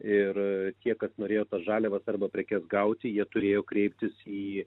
ir tie kas norėjo tas žaliavas arba prekes gauti jie turėjo kreiptis į